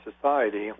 society